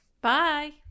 Bye